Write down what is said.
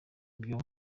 byo